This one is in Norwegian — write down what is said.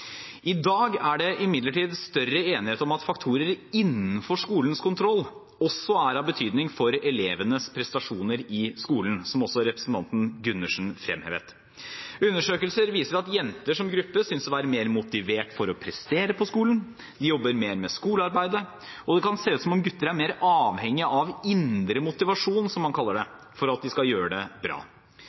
I dag er det imidlertid større enighet om at faktorer innenfor skolens kontroll også er av betydning for elevenes prestasjoner i skolen, noe også representanten Gundersen fremhevet. Undersøkelser viser at jenter som gruppe synes å være mer motivert for å prestere på skolen. De jobber mer med skolearbeidet, og det kan også se ut som om gutter er mer avhengige av indre motivasjon, som man kaller det, for at de skal gjøre det bra.